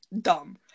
dumb